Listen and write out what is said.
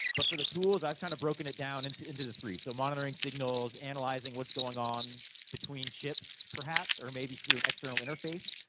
but for the tools, i've kind of broken it down, into into the three. so, monitoring signals, analyzing what's going on between chips, perhaps, or maybe through an external interface,